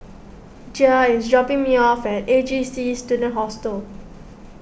Gia is dropping me off at A J C Student Hostel